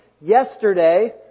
yesterday